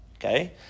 Okay